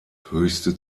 höchste